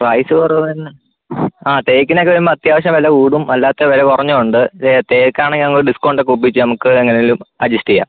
price കുറവ് വെരണത് ആ തേക്കിനൊക്കെ വരുമ്പോൾ അത്യാവശ്യം വില കൂടും അല്ലാത്ത വില കുറഞ്ഞതുണ്ട് തേക്കാണെ ഞങ്ങൾ ഡിസ്കൗണ്ടൊക്കെ ഒപ്പിച്ച് നമ്മൾക്ക് എങ്ങനേലും അഡ്ജസ്റ്റ് ചെയ്യാം